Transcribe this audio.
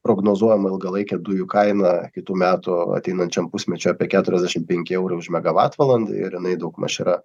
prognozuojama ilgalaikė dujų kaina kitų metų ateinančiam pusmečiui apie keturiasdešimt penki eurai už megavatvalandę ir jinai daugmaž yra